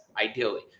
ideally